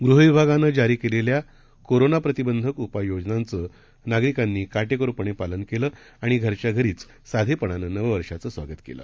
गृहविभागानंजारीकेलेल्याकोरोनाप्रतिबंधकउपाययोजनांचंनागरिकांनीकाटेकोरपणेपालनकेलंआणिघरच्याघरीचसाधेपणानंनववर्षाचंस्वागत केलं